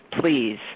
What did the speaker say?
please